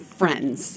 friends